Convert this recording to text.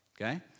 okay